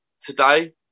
today